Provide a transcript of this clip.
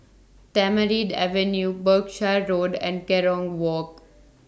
Tamarind Avenue Berkshire Road and Kerong Walk